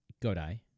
Godai